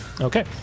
Okay